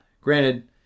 granted